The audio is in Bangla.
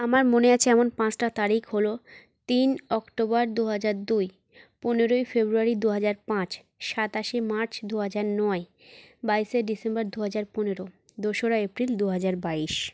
আমার মনে আছে এমন পাঁচটা তারিখ হলো তিন অক্টোবর দু হাজার দুই পনেরোই ফেব্রুয়ারি দু হাজার পাঁচ সাতাশে মার্চ দু হাজার নয় বাইশে ডিসেম্বর দু হাজার পনেরো দোসরা এপ্রিল দু হাজার বাইশ